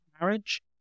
marriage